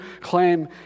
claim